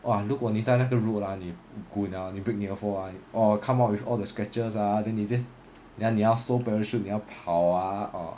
!wah! 如果你在那个 road ah 你滚啊你 break 你的 fall ah !wah! come up with all the scratches ah then 你 just 你要收那个 parachute 你要跑啊